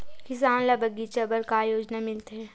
किसान ल बगीचा बर का योजना मिलथे?